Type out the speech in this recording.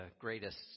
greatest